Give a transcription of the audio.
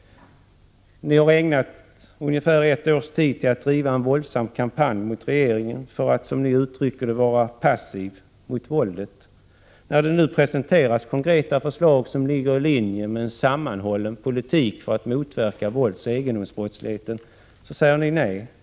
Ni har i ungefär ett års tid ägnat er åt att driva en våldsam kampanj mot regeringen och anklagat den för att, som ni uttrycker det, vara passiv mot våldet. När det nu presenteras konkreta förslag som ligger i linje med en sammanhållen politik för att motverka våldsoch egendomsbrottsligheten säger ni nej.